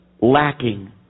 lacking